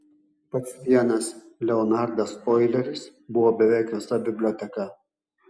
pats vienas leonardas oileris buvo beveik visa biblioteka